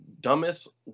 dumbest